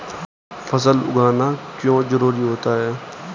फसल उगाना क्यों जरूरी होता है?